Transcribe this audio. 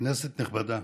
כנסת נכבדה,